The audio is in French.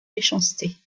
méchanceté